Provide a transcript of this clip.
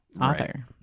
author